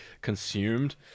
consumed